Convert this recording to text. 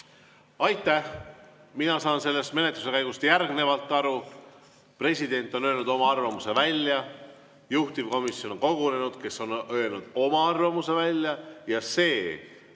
Aitäh! Mina saan sellest menetluse käigust järgnevalt aru. President on öelnud oma arvamuse välja, juhtivkomisjon on kogunenud ja öelnud oma arvamuse välja. Seda,